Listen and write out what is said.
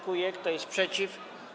Kto jest przeciw?